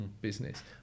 business